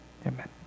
amen